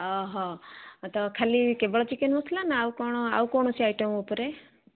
ଅହ ତ ଖାଲି କେବଳ ଚିକେନ ମସଲା ନା ଆଉ କଣ ଆଉ କୌଣସି ଆଇଟମ୍ ଉପରେ